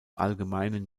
allgemeinen